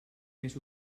més